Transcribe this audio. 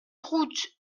route